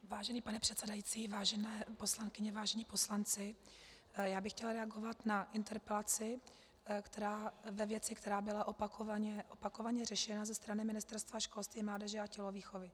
Vážený pane předsedající, vážené poslankyně, vážení poslanci, já bych chtěla reagovat na interpelaci ve věci, která byla opakovaně, opakovaně řešena ze strany Ministerstva školství, mládeže a tělovýchovy.